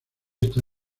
está